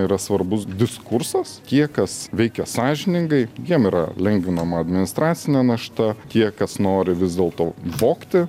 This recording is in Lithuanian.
yra svarbus diskursas tie kas veikia sąžiningai jiem yra lengvinama administracinė našta tie kas nori vis dėl to vogti